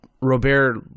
Robert